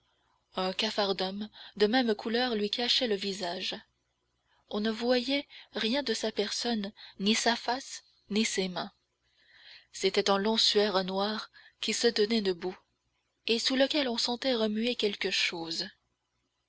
un caffardum de même couleur lui cachait le visage on ne voyait rien de sa personne ni sa face ni ses mains c'était un long suaire noir qui se tenait debout et sous lequel on sentait remuer quelque chose